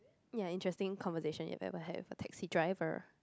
ya interesting conversation you ever had with a taxi driver